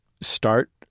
start